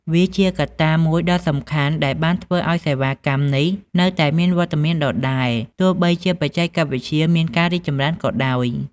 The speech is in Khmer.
វាជាកត្តាមួយដ៏សំខាន់ដែលបានធ្វើឱ្យសេវាកម្មនេះនៅតែមានវត្តមានដដែលទោះបីជាបច្ចេកវិទ្យាមានការរីកចម្រើនក៏ដោយ។